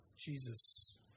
Jesus